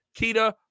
kita